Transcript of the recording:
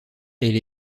elle